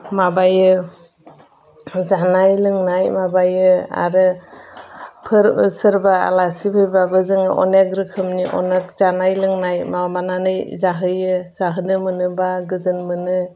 माबायो जानाय लोंनाय माबायो आरो सोरबा आलासि फैबा जोङो अनेक रोखोमनि जानाय लोंनाय माबानानै जाहोयो जाहोनो मोनोबा गोजोन मोनो